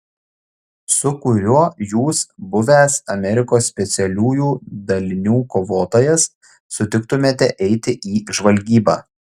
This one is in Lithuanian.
su kuriuo jūs buvęs amerikos specialiųjų dalinių kovotojas sutiktumėte eiti į žvalgybą